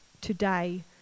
today